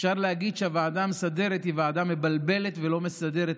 אפשר להגיד שהוועדה המסדרת היא ועדה מבלבלת ולא מסדרת,